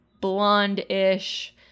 blonde-ish